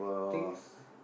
things